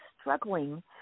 struggling